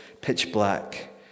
pitch-black